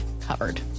covered